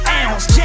ounce